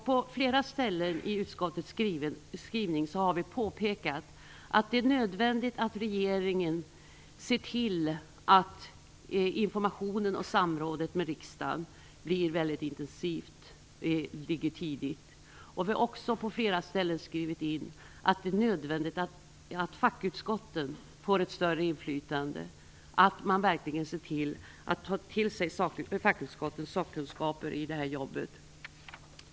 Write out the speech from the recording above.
På flera ställen i utskottsbetänkandet har vi påpekat att det är nödvändigt att regeringen ser till att riksdagen får information och att samrådet med riksdagen blir mycket intensivt och kommer in på ett tidigt stadium. Vi har också på flera ställen skrivit att det är nödvändigt att fackutskotten får ett större inflytande och att man på utskotten verkligen ser till att man tar till sig sakkunskaper i jobbet.